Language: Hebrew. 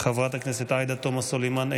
חברת הכנסת עאידה תומא סלימאן,